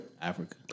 Africa